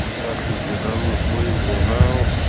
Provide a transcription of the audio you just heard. passes unanimously. we'll now,